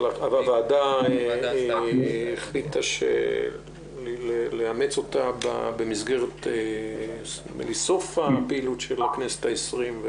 אבל הוועדה החליטה לאמץ אותה במסגרת סוף הפעילות של הכנסת העשרים.